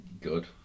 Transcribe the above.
Good